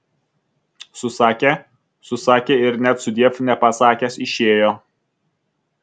susakė susakė ir net sudiev nepasakęs išėjo